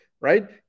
right